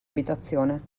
abitazione